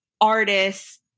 artists